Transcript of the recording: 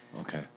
Okay